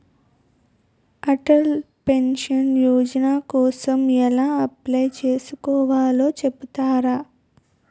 Atal pension Yojana కోసం ఎలా apply చేసుకోవాలో చెపుతారా?